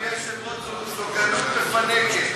אדוני היושב-ראש, זו גלות מפנקת.